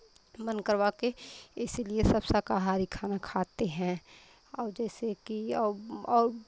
बंद करवा के इसीलिए सब शाकाहारी खाना खाते हैं और जैसे कि अब और